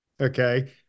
okay